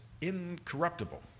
incorruptible